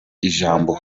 ijambo